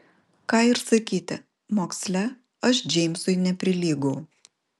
ką ir sakyti moksle aš džeimsui neprilygau